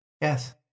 Yes